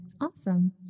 Awesome